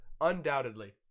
Undoubtedly